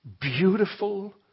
beautiful